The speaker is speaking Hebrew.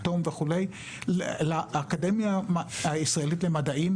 אטום וכו' - לאקדמיה הישראלית למדעים,